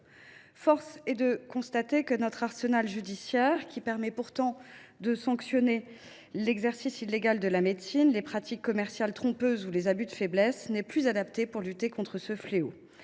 Force est de constater que notre arsenal judiciaire, qui permet pourtant de sanctionner l’exercice illégal de la médecine, les pratiques commerciales trompeuses ou les abus de faiblesse, n’est plus adapté pour lutter contre ce fléau.